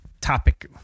topic